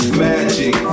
magic